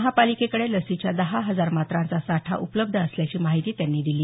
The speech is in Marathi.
महापालिकेकडे लसीच्या दहा हजार मात्रांचा साठा उपलब्ध असल्याची माहिती त्यांनी दिली